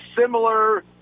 similar